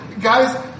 guys